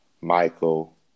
Michael